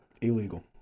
Illegal